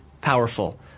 powerful